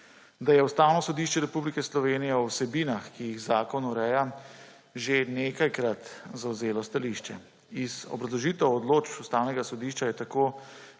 da je Ustavno sodišče Republike Slovenije o vsebinah, ki jih zakon ureja, že nekajkrat zavzelo stališče. Iz obrazložitev odločb Ustavnega sodišča je tako